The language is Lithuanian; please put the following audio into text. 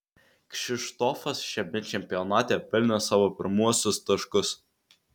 kšištofas šiame čempionate pelnė savo pirmuosius taškus